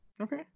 Okay